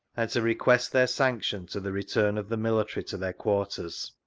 and to request their sanction to the return of the military to their quarters.